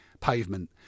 pavement